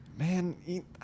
Man